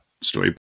story